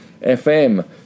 FM